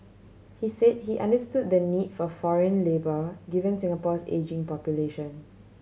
he say he understood the need for foreign labour given Singapore's ageing population